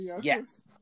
Yes